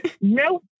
No